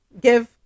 give